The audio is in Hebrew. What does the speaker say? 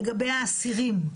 לגבי האסירים,